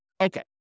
Okay